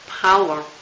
power